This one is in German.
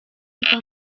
super